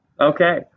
okay